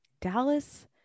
Dallas